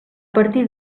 partir